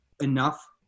enough